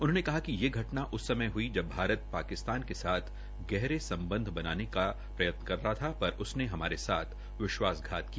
उन्होंने कहा कि ये घटना उस समय हई जब भारत पाकिस्तान के साथ गहरे सम्बंध बनाने के प्रयत्न कर रहा था पर उसने े हमारे साथ विश्वासघात किया